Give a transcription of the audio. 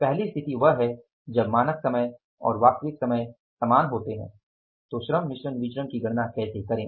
पहली स्थिति वह है जब मानक समय और वास्तविक समय समान होते हैं तो श्रम मिश्रण विचरण की गणना कैसे करें